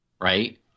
Right